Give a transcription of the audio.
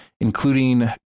including